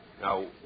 Now